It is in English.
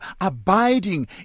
abiding